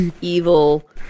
evil